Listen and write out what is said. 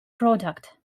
product